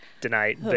tonight